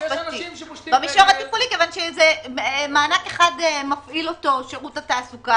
כי מענק אחד מפעיל אותו שירות התעסוקה